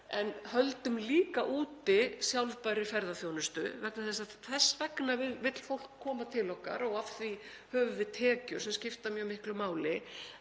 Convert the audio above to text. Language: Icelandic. en höldum líka úti sjálfbærri ferðaþjónustu, það er þess vegna sem fólk vill koma til okkar og af því höfum við tekjur sem skipta mjög miklu máli.